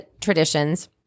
traditions